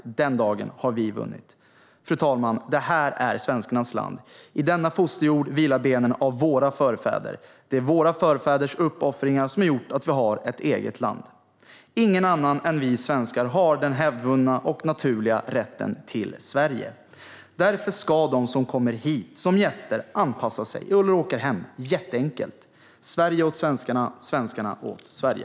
Fru talman! Detta är svenskarnas land. I denna fosterjord vilar benen av våra förfäder. Det är våra förfäders uppoffringar som har gjort att vi har ett eget land. Inga andra än vi svenskar har den hävdvunna och naturliga rätten till Sverige. Därför ska de som kommer hit som gäster anpassa sig eller åka hem. Det är jätteenkelt. Sverige åt svenskarna, svenskarna åt Sverige.